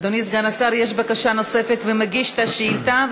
אדוני סגן השר, יש בקשה נוספת ממגיש השאילתה.